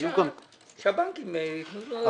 שהבנקים יתנו לו תשובות.